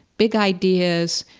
big ideas,